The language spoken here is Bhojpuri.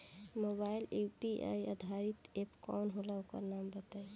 मोबाइल म यू.पी.आई आधारित एप कौन होला ओकर नाम बताईं?